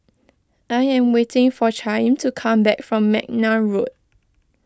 I am waiting for Chaim to come back from McNair Road